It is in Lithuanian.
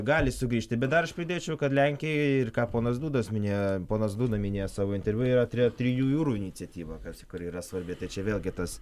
gali sugrįžti bet dar aš pridėčiau kad lenkijoj ir ką ponas dudas minėjo ponas duda minėjo savo interviu yra tre trijų jūrų iniciatyva kas kuri yra svarbi ta čia vėlgi tas